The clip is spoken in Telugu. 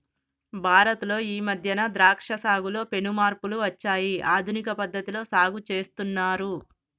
భారత్ లో ఈ మధ్యన ద్రాక్ష సాగులో పెను మార్పులు వచ్చాయి ఆధునిక పద్ధతిలో సాగు చేస్తున్నారు